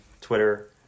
Twitter